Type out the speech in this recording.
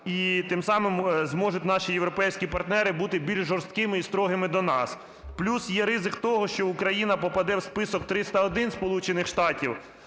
і тим самим зможуть наші європейські партнери бути жорсткими і строгими до нас. Плюс є ризик того, що Україна попаде в список 301 Сполучених Штатів